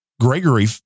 Gregory